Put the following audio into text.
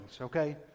okay